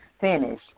finish